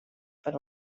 per